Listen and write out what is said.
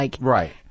Right